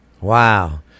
Wow